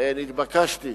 נתבקשתי